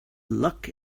luck